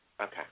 Okay